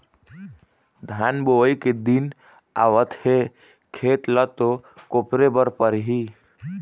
धान बोवई के दिन आवत हे खेत ल तो कोपरे बर परही